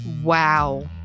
Wow